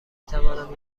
توانم